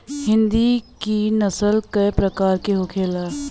हिंदी की नस्ल का प्रकार के होखे ला?